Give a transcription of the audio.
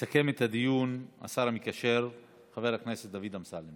יסכם את הדיון השר המקשר חבר הכנסת דוד אמסלם,